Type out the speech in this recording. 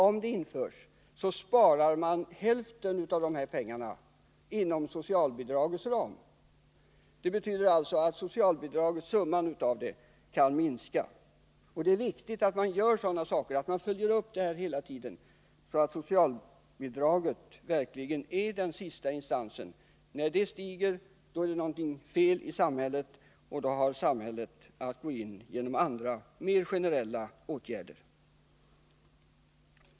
Om det införs, så sparar man hälften av de pengarna inom socialbidragets ram. Det betyder alltså att summan av socialbidragen kan minskas. Det är viktigt att man gör sådana saker och följer upp det här hela tiden, så att socialbidraget verkligen är den sista instansen. När det stiger är det någonting fel i samhället, och då har samhället att gå in med andra och mer generella åtgärder.